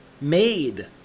made